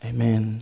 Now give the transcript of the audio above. Amen